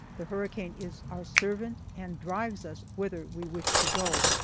the hurricane is our servant and drives us whither we wish to go.